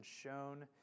shown